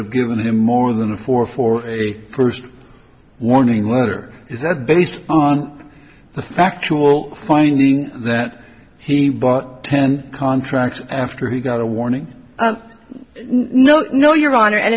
have given him more than a four for a first warning letter is that based on the factual finding that he bought ten contracts after he got a warning no no your honor and